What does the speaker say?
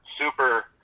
super